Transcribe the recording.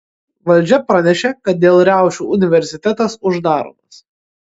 valdžia pranešė kad dėl riaušių universitetas uždaromas